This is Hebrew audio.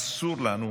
אסור לנו